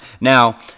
Now